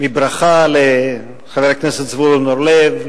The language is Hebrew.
בברכה לחבר הכנסת זבולון אורלב,